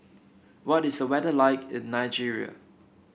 what is the weather like in Nigeria